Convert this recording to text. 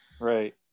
right